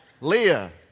Leah